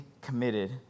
committed